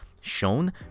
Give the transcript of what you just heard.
shown